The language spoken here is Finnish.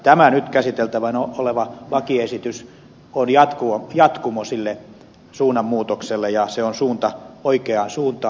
tämä nyt käsiteltävänä oleva lakiesitys on jatkumo sille suunnanmuutokselle ja se on suunta oikeaan suuntaan